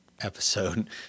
episode